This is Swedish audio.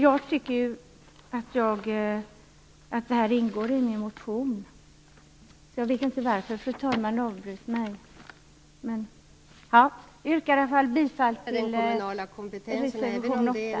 Jag tycker att det här ingår i min motion, och jag vet därför inte varför jag blev avbruten av fru talmannen.